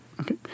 Okay